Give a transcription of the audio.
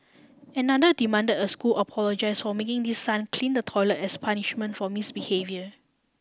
another demanded a school apologise for making his son clean the toilet as punishment for misbehaviour